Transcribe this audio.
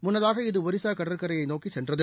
முன்னதாக இது ஒரிசா கடற்கரையை நோக்கி சென்றது